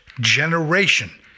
generation